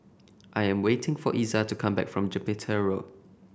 I am waiting for Iza to come back from Jupiter Road